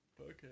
Okay